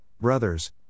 brothers